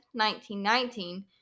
1919